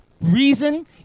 Reason